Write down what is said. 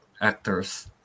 actors